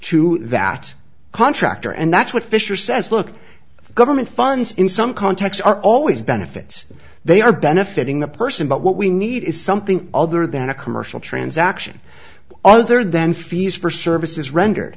to that contractor and that's what fisher says look the government funds in some contexts are always benefits they are benefiting the person but what we need is something other than a commercial transaction other than fees for services rendered